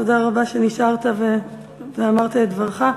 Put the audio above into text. תודה רבה שנשארת ואמרת את דברך.